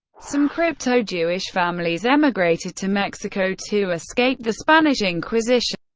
some crypto-jewish families emigrated to mexico to escape the spanish inquisition.